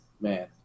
Man